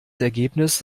ergebnis